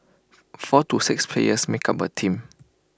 four to six players make up A team